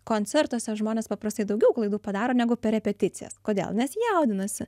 koncertuose žmonės paprastai daugiau klaidų padaro negu per repeticijas kodėl nes jaudinasi